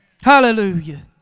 Hallelujah